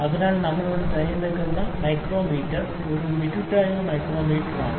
അതിനാൽ നമ്മൾ ഇവിടെ തിരഞ്ഞെടുത്ത മൈക്രോമീറ്റർ ഒരു മിറ്റുട്ടോയോ മൈക്രോമീറ്ററാണ്